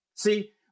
See